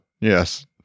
Yes